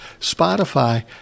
Spotify